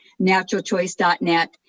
Naturalchoice.net